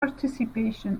participation